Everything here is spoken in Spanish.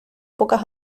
pocas